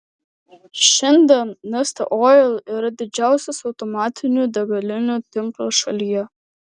šiandien neste oil yra didžiausias automatinių degalinių tinklas šalyje